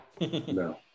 No